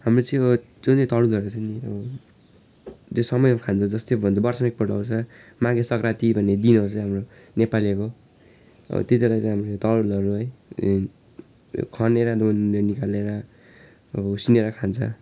हाम्रो चाहिँ अब जुन चाहिँ तरुलहरू छ नि अब जो समयमा खान्छ जस्तै भन्दा वर्षमा एकपल्ट आउँछ माघे सङ्क्रान्ति भन्ने दिनहरू चाहिँ हाम्रो नेपालीहरूको हो त्यतिबेला चाहिँ तरुलहरू है खनेर धुन निकालेर अब उसिनेर खान्छ